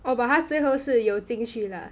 oh but 他最后是有进去 lah